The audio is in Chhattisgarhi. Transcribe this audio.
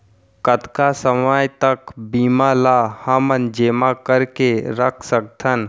कतका समय तक बीज ला हमन जेमा करके रख सकथन?